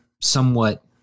somewhat